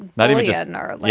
not even just an hour. like